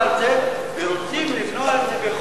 ורוצים למנוע את זה בכל דרך,